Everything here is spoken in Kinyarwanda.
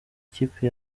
ikipe